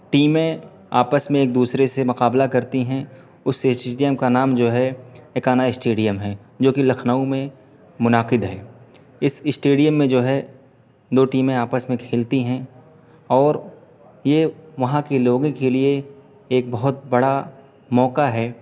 ٹیمیں آپس میں ایک دوسرے سے مقابلہ کرتی ہیں اس اسٹیڈیم کا نام جو ہے اکانا اسٹیڈیم ہے جو کہ لکھنؤ میں منعقد ہے اس اسٹیڈیم میں جو ہے دو ٹیمیں آپس میں کھیلتی ہیں اور یہ وہاں کے لوگوں کے لیے ایک بہت بڑا موقع ہے